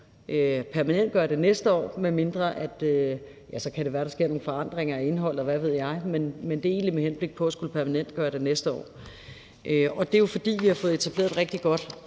permanentgøre det næste år. Ja, så kan det være, at der sker nogle forandringer af indholdet, og hvad ved jeg, men det er egentlig med henblik på at skulle permanentgøre det næste år. Det er jo, fordi vi har fået etableret et rigtig godt